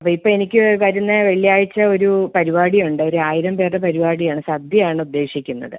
അപ്പോൾ ഇപ്പോൾ എനിക്ക് വരുന്ന വെള്ളിയാഴ്ച്ചയൊരു പരിപാടിയുണ്ട് ഒരായിരം പേരുടെ പരിപാടിയാണ് സദ്യയാണ് ഉദ്ദേശിക്കുന്നത്